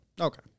Okay